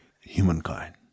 humankind